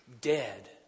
dead